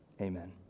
Amen